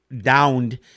downed